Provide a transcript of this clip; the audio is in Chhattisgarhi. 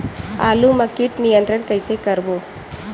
आलू मा कीट नियंत्रण कइसे करबो?